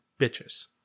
bitches